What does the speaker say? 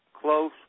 close